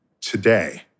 today